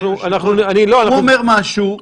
הוא אומר משהו.